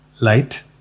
light